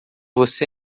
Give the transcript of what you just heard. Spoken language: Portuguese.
você